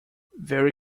very